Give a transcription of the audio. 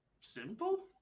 Simple